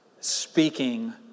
speaking